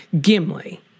Gimli